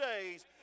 days